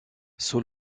sous